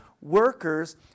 workers